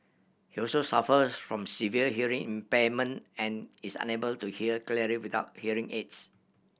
he also suffers from severe hearing impairment and is unable to hear clearly without hearing aids